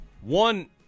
One